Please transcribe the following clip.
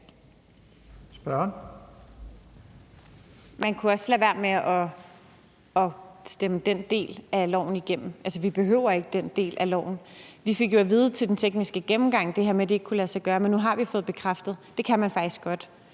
Man kunne også lade være med at stemme den del af lovforslaget igennem. Altså, vi behøver ikke den del af loven. Vi fik jo til den tekniske gennemgang at vide det her med, at det ikke kunne lade sig gøre, men nu har vi fået bekræftet, at det kan man faktisk godt.